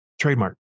Trademark